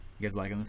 guys liking this?